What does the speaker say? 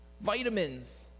vitamins